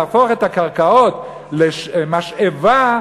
להפוך את הקרקעות למשאבה,